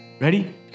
Ready